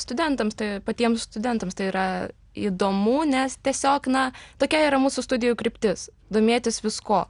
studentams tai patiems studentams tai yra įdomu nes tiesiog na tokia yra mūsų studijų kryptis domėtis viskuo